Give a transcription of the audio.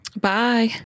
Bye